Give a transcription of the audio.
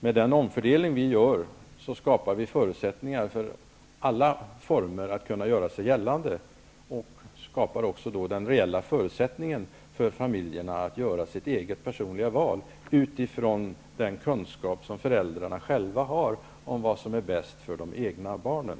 Med den omfördelning vi gör skapar vi förutsättningar för alla former att kunna göra sig gällande och skapar då också den reella förutsättningen för familjerna att göra sina egna personliga val, utifrån den kunskap som föräldrarna själva har om vad som är bäst för de egna barnen.